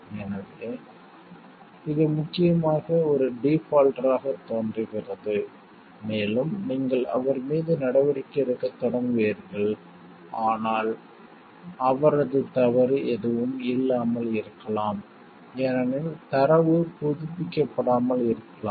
எனவே இது முக்கியமாக ஒரு டீஃபால்ட்டராகத் தோன்றுகிறது மேலும் நீங்கள் அவர் மீது நடவடிக்கை எடுக்கத் தொடங்குவீர்கள் ஆனால் அவரது தவறு எதுவும் இல்லாமல் இருக்கலாம் ஏனெனில் தரவு புதுப்பிக்கப்படாமல் இருக்கலாம்